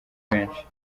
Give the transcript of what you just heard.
benshi